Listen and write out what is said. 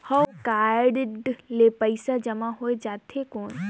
हव कारड ले पइसा जमा हो जाथे कौन?